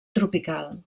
tropical